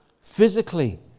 physically